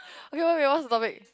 okay okay what's the topic